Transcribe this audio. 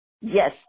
yes